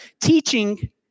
teaching